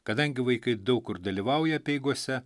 kadangi vaikai daug kur dalyvauja apeigose